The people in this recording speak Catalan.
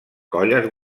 colles